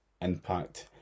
impact